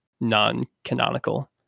non-canonical